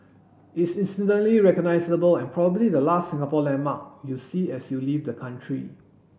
it's instantly recognisable and probably the last Singapore landmark you'll see as you leave the country